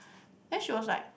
then she was like